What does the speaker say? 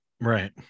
Right